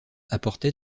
apportait